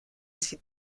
sie